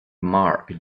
mark